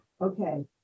okay